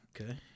Okay